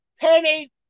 Penny